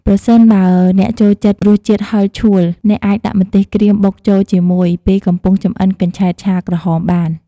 ប្រសិនបើអ្នកចូលចិត្តរសជាតិហឹរឆួល អ្នកអាច ដាក់ម្ទេសក្រៀមបុកចូលជាមួយ ពេលកំពុងចម្អិនកញ្ឆែតឆាក្រហមបាន។